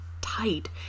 tight